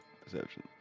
Perception